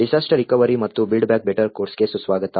disaster recovery ಮತ್ತು build back better ಕೋರ್ಸ್ಗೆ ಸುಸ್ವಾಗತ